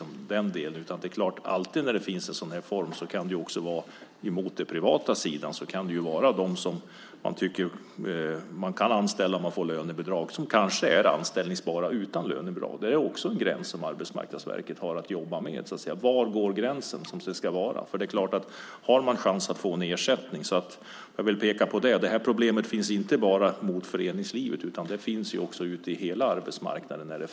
Men alltid när det finns en sådan här anställningsform kan det finnas arbetsgivare på den privata sidan som använder det till att anställa folk som kanske skulle kunna vara anställningsbara också utan lönebidrag. Detta är också en gräns som Arbetsmarknadsverket har att jobba med. Var går gränsen för hur det ska vara? Problemet finns alltså inte bara i förhållande till föreningslivet utan på hela arbetsmarknaden.